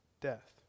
death